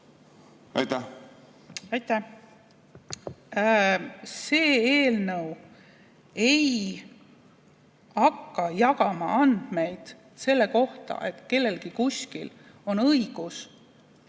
käest. Aitäh! See eelnõu ei hakka jagama andmeid selle kohta, et kellelgi kuskil on õigus